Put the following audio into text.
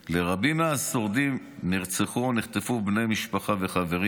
לרבים מהשורדים נרצחו או נחטפו בני משפחה וחברים,